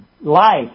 life